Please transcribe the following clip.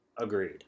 Agreed